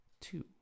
two